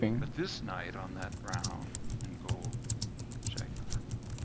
but, this night on that brown and gold shag carpet,